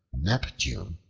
neptune,